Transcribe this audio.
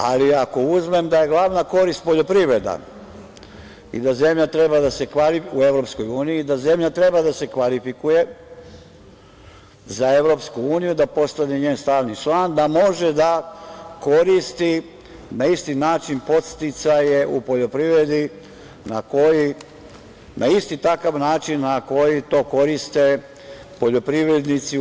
Ali, ako uzmem da je glavna korist poljoprivreda u EU i da zemlja treba da se kvalifikuje za EU, da postane njen stalni član, da može da koristi na isti način podsticaje u poljoprivredi na isti takav način na koji to koriste poljoprivrednici u EU.